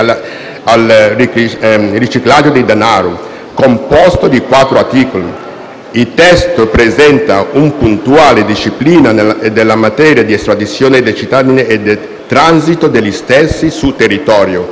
il testo presenta una puntuale disciplina della materia dell'estradizione dei cittadini e del transito degli stessi sul territorio,